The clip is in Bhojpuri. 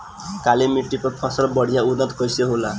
काली मिट्टी पर फसल बढ़िया उन्नत कैसे होला?